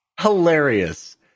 Hilarious